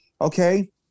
okay